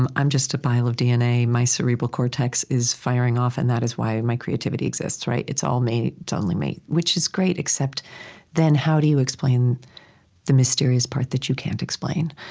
i'm i'm just a pile of dna, my cerebral cortex is firing off, and that is why my creativity exists, right? it's all me it's only me which is great, except then, how do you explain the mysterious part that you can't explain,